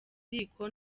ziko